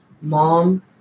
Mom